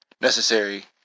necessary